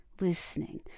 listening